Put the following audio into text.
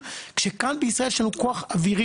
בגלל שהתוכניות נמשכו,